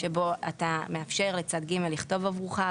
שבו אתה מאפשר לצד ג' לכתוב עבורך,